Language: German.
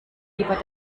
lieber